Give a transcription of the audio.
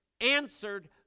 answered